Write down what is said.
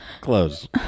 Close